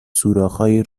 سوراخهای